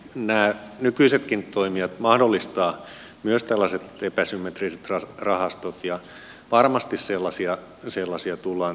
nämä nykyisetkin toimijat mahdollistavat myös tällaiset epäsymmetriset rahastot ja varmasti sellaisia tullaan tarvitsemaan